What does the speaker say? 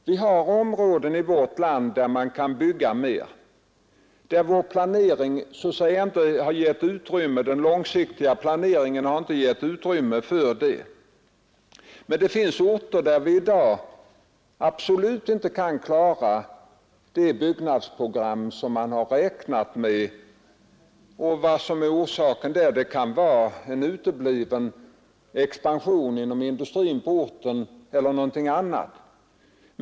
Vi har områden i vårt land där man kan bygga mer men där den långsiktiga planeringen inte har givit utrymme för detta. Det finns emellertid orter där vi i dag absolut inte kan klara det byggnadsprogram som man har räknat med. Orsaken kan vara en utebliven expansion inom industrin på orten eller någonting annat.